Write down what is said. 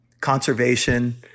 conservation